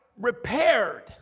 repaired